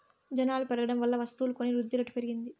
జనాలు పెరగడం వల్ల వస్తువులు కొని వృద్ధిరేటు పెరిగింది